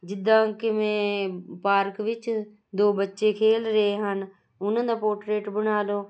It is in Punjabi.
ਜਿੱਦਾਂ ਕਿਵੇਂ ਪਾਰਕ ਵਿੱਚ ਦੋ ਬੱਚੇ ਖੇਲ ਰਹੇ ਹਨ ਉਹਨਾਂ ਦਾ ਪੋਰਟਰੇਟ ਬਣਾ ਲਓ